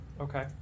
Okay